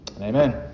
Amen